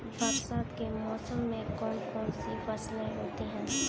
बरसात के मौसम में कौन कौन सी फसलें होती हैं?